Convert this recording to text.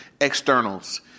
externals